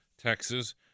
Texas